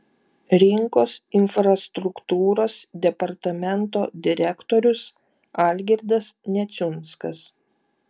rinkos infrastruktūros departamento direktorius algirdas neciunskas